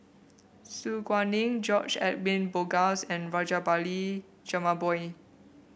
Su Guaning George Edwin Bogaars and Rajabali Jumabhoy